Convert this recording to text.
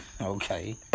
Okay